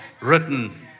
written